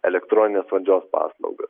elektroninės valdžios paslauga